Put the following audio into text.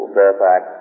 Fairfax